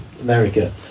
America